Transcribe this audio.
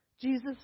Jesus